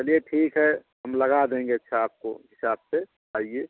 चलिए ठीक है हम लगा देंगे अच्छा आपको हिसाब से आइए